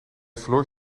verloor